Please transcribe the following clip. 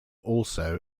also